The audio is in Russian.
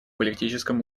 политическом